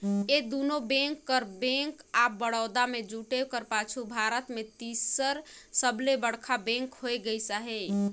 ए दुना बेंक कर bank of Baroda में जुटे कर पाछू भारत में तीसर सबले बड़खा बेंक होए गइस अहे